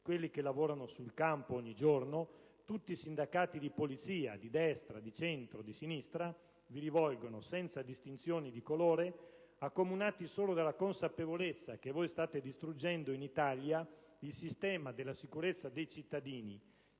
quelli che lavorano sul campo ogni giorno, tutti i sindacati di polizia, di destra, di centro e di sinistra, vi rivolgono, senza distinzioni di colore politico, accomunati solo dalla consapevolezza che voi state distruggendo in Italia il sistema della sicurezza dei cittadini,